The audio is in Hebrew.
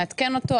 נעדכן אותו,